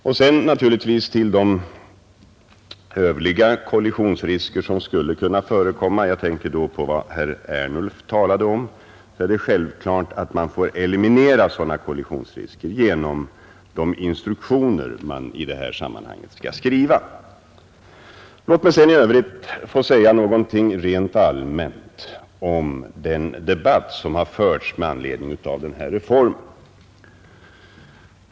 Vad beträffar de övriga kollisionsrisker som skulle kunna förekomma — jag tänker på vad herr Ernulf talade om — är det självklart att man får eliminera sådana kollisionsrisker genom de instruktioner som skall skrivas. Låt mig sedan i övrigt få säga någonting rent allmänt om den debatt som förts med anledning av denna reform.